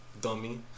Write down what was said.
dummy